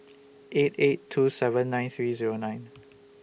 eight eight two seven nine three Zero nine